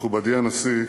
מכובדי הנשיא,